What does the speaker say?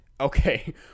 Okay